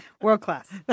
World-class